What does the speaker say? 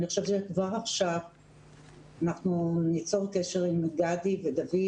אני חושבת שכבר עכשיו אנחנו ניצור קשר עם גדי ודויד